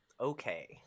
okay